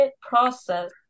process